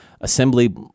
assembly